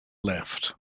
left